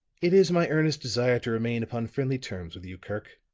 it is my earnest desire to remain upon friendly terms with you, kirk,